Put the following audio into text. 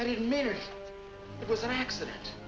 i didn't mean it was an accident